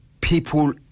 people